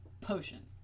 potion